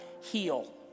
Heal